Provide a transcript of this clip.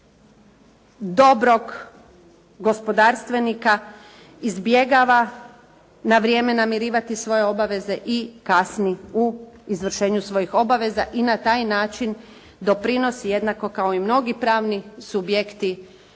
dobrog gospodarstvenika, izbjegava na vrijeme namirivati svoje obaveze i kasni u izvršenju svojih obaveza i na taj način doprinosi jednako kao i mnogi pravni subjekti